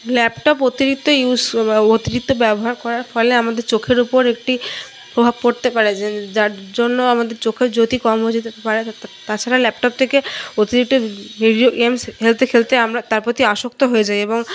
laptop অতিরিক্ত use অতিরিক্ত ব্যবহার করার ফলে আমাদের চোখের উপর একটি প্রভাব পড়তে পারে যার জন্য আমাদের চোখের জ্যোতি কম হয়ে যেতে পারে তাছাড়া ল্যাপটপ থেকে অতিরিক্ত ভিডিও গেমস খেলতে খেলতে আমরা তার প্রতি আসক্ত হয়ে যাই এবং